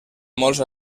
molts